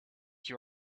you